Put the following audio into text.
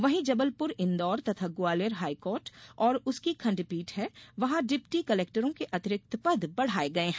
वहीं जबलपुर इंदौर तथा ग्वालियर हाईकोर्ट और उसकी खंडपीठ है वहां डिप्टी कलेक्टरों के अतिरिक्त पद बढ़ाए गए हैं